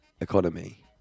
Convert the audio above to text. economy